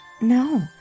No